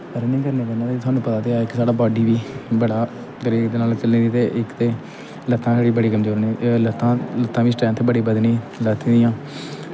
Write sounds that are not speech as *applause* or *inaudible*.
running करने कन्नै ते थुआनूं पता ते ऐ इक साढ़ा बॉड्डी बी बड़ा *unintelligible* इक ते लत्तां बड़ियां कमज़ोर लत्तां लत्तां बी स्ट्रैंथ बड़ी बधनी लत्त दियां